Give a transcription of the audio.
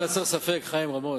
הוא חייב באותה מידה שאתה חייב.